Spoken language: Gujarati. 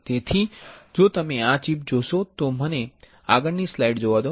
તેથી જો તમે આ ચિપ જોશો તો મને આગળની સ્લાઇડ જોવા દો હા